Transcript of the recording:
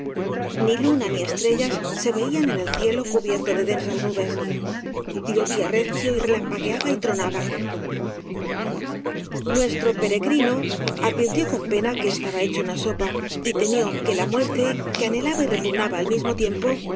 ni luna ni estrellas se veían en el cielo cu bierto de densas nubes llovía recio y relampa gueaba y tronaba nuestro peregrino advirtió con pena que estaba hecho una sopa y temió que la muerte que anhe laba y repugnaba al mismo tiempo